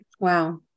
Wow